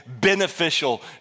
beneficial